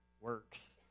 works